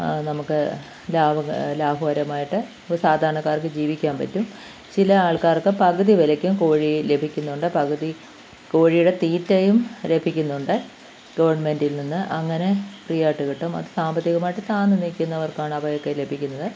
നമുക്ക് ലാഭ ലാഭകരമായിട്ടു സാധാരണക്കാർക്കു ജീവിക്കാൻ പറ്റും ചില ആൾക്കാർക്ക് പകുതി വിലക്കും കോഴി ലഭിക്കുന്നുണ്ട് പകുതി കോഴിയുടെ തീറ്റയും ലഭിക്കുന്നുണ്ട് ഗവൺമെൻറ്റിൽ നിന്ന് അങ്ങനെ ഫ്രീ ആയിട്ടു കിട്ടും അതു സാമ്പത്തികമായിട്ടു താന്നു നിൽക്കുന്നവർക്കാണ് അവയൊക്കെ ലഭിക്കുന്നത്